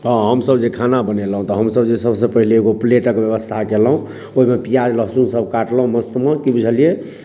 हॅं हमसभ जे खाना बनेलहुॅं तऽ हमसभ जे सभसँ पहिले एगो प्लेटके ब्यवस्था केलहुॅं ओहिमे प्याज लहसुन सभ काटलहुॅं मस्त मे की बुझलियै